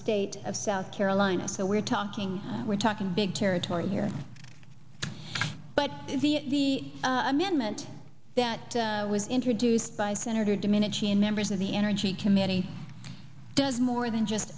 state of south carolina so we're talking we're talking big territory here but the amendment that was introduced by senator domenici and members of the energy committee does more than just